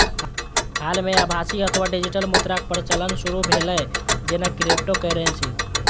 हाल मे आभासी अथवा डिजिटल मुद्राक प्रचलन शुरू भेलै, जेना क्रिप्टोकरेंसी